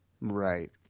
Right